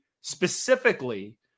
specifically